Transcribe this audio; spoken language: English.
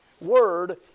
word